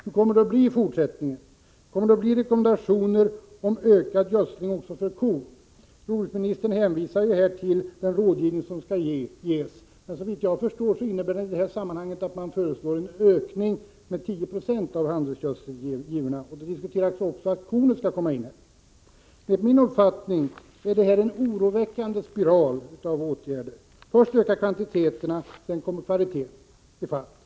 Hur kommer det att bli i fortsättningen? Kommer det rekommendationer om en ökad gödsling också när det gäller kornet? Jordbruksministern hänvisar här till den rådgivning som skall komma. Men såvitt jag förstår innebär det här att man föreslår en ökning med 10 96 av handelsgödselgivorna. Dessutom förs det ju diskussioner om att även kornet skall komma i fråga. Enligt min uppfattning är den här spiralen av åtgärder oroväckande. Först ökar kvantiteterna. Sedan kommer man i fatt när det gäller kvaliteten.